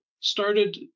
started